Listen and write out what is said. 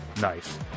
Nice